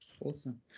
Awesome